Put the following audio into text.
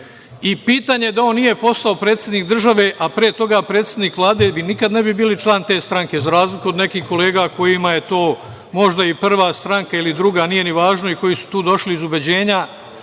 Pitanje je da on nije postao predsednik države, a pre toga predsednik Vlade, vi nikad ne bi bili član te stranke, za razliku od nekih kolega kojima je to možda prva stranka, druga, nije ni važno i koji su tu došli iz ubeđenja.